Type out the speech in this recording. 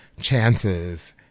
chances